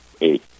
eight